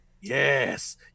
yes